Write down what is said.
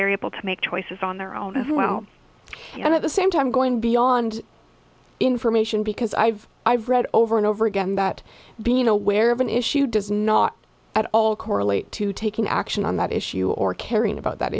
they're able to make choices on their own as well and at the same time going beyond information because i've i've read over and over again that being aware of an issue does not at all correlate to taking action on that issue or caring about that